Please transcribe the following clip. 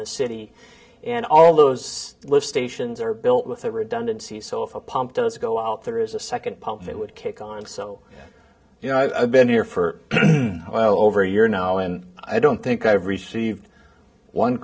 the city and all those lift stations are built with redundancy so if a pump does go out there is a second pump that would kick on so you know i've been here for over a year now and i don't think i've received one